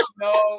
No